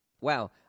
Wow